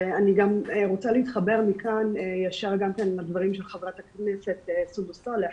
ואני גם רוצה להתחבר מכאן ישר גם כן לדברים של חברת הכנסת סונדוס סאלח,